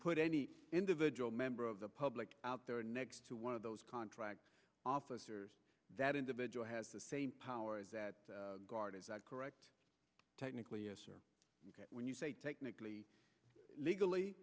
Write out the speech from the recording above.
put any individual member of the public out there next to one of those contract officers that individual has the same power as that guard is that correct technically when you say technically legally